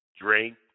Drink